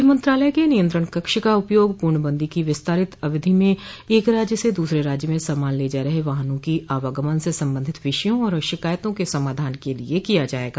गुह मंत्रालय के नियंत्रण कक्ष का उपयोग पूर्णबंदी की विस्तारित अवधि में एक राज्य से दूसरे राज्य में सामान ले जा रहे वाहनों की आवागमन से संबंधित विषयों और शिकायतों के समाधान के लिए किया जायेगा